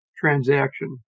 transaction